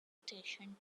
station